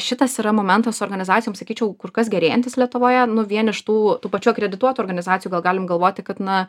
šitas yra momentas organizacijom sakyčiau kur kas gerėjantis lietuvoje nu vien iš tų tų pačių akredituotų organizacijų galim galvoti kad na